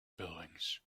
buildings